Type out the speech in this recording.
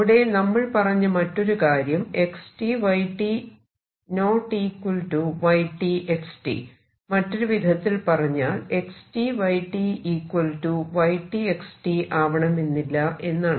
അവിടെ നമ്മൾ പറഞ്ഞ മറ്റൊരു കാര്യം x y ≠ y x മറ്റൊരുവിധത്തിൽ പറഞ്ഞാൽ x y y x ആവണമെന്നില്ല എന്നതാണ്